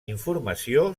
informació